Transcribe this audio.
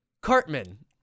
Cartman